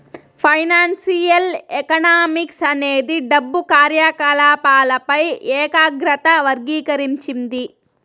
financial economics అనేది డబ్బు కార్యకాలపాలపై ఏకాగ్రత వర్గీకరించింది